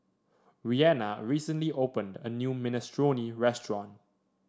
Reanna recently opened a new Minestrone restaurant